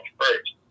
first